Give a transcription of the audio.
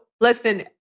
Listen